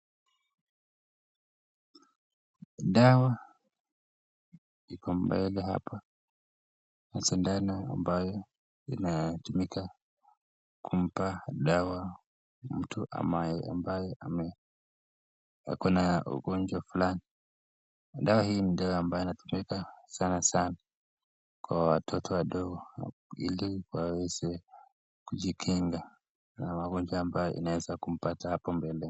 Dawa, iko mbele hapo, na sindano, ambaye inatumika kumpa dawa, mtu ambaye, ambaye ame, ako na ugonjwa fulani, dawa hii ni dawa ambayo inatumika sana, kwa watoto wadogo ili waweze kujikinga, na magonjwa ambayo inaeza kumpata hapo mbele.